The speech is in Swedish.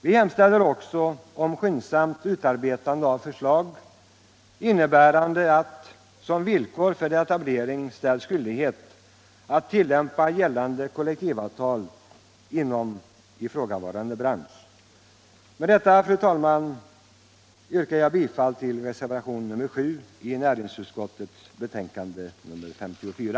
Vi hemställer också om skyndsamt utarbetande av förslag, innebärande att som villkor för etablering ställs skyldighet att tillämpa gällande kollektivavtal inom ifrågavarande bransch. Med detta yrkar jag, fru talman, bifall till reservationen 7 vid näringsutskottets betänkande nr 54.